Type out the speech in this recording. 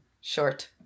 Short